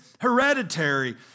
hereditary